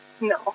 No